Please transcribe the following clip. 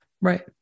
Right